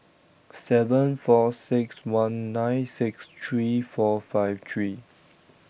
seven four six one nine six three four five three